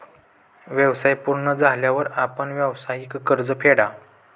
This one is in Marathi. व्यवसाय पूर्ण झाल्यावर आपण व्यावसायिक कर्ज फेडा